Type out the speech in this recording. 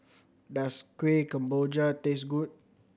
does Kuih Kemboja taste good